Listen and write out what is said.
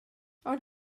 ond